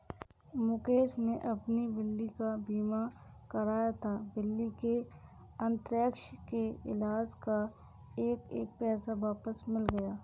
मुकेश ने अपनी बिल्ली का बीमा कराया था, बिल्ली के अन्थ्रेक्स के इलाज़ का एक एक पैसा वापस मिल गया